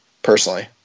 Personally